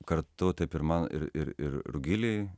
kartu taip ir man ir ir rugilei